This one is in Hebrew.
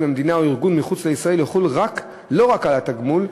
ממדינה או מארגון מחוץ לישראל יחול לא רק על תגמול,